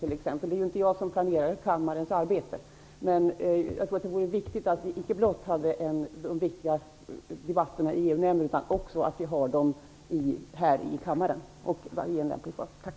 Det är inte jag som planerar kammarens arbete, man jag tror att det vore viktigt att vi icke blott för de viktiga debatterna i EU-nämnden utan också för dem här i kammaren i lämplig form.